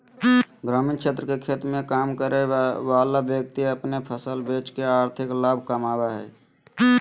ग्रामीण क्षेत्र के खेत मे काम करय वला व्यक्ति अपन फसल बेच के आर्थिक लाभ कमाबय हय